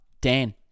Dan